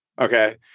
Okay